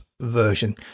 version